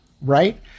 right